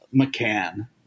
McCann